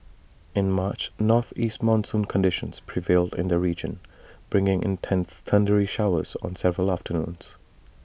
in March northeast monsoon conditions prevailed in the region bringing intense thundery showers on several afternoons